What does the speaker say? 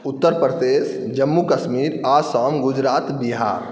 Uttar Pradesh Jammu Kashmir Assam Gujarat Bihar